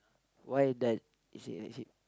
why does it shape like ship